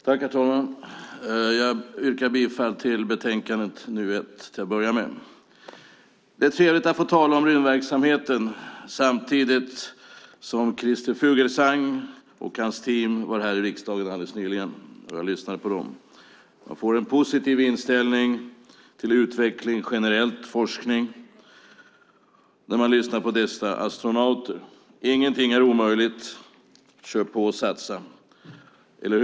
Herr talman! Jag yrkar bifall till förslaget i betänkande NU1. Det är trevligt att få tala om rymdverksamheten samtidigt som Christer Fuglesang och hans team är här i riksdagen. Jag lyssnade på dem. Man får en positiv inställning till utveckling och forskning generellt när man lyssnar på dessa astronauter. Ingenting är omöjligt. Kör på och satsa!